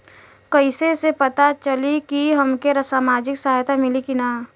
कइसे से पता चली की हमके सामाजिक सहायता मिली की ना?